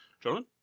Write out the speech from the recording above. Gentlemen